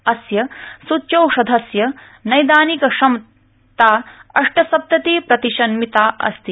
अस्य सृच्यौषधस्य नैदानिक क्षमता अष्ट सप्तति प्रतिशन्मिता अस्ति